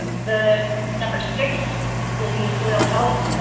the number six will be soil health,